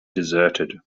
deserted